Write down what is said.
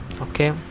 Okay